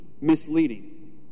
misleading